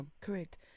Correct